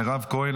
מירב כהן,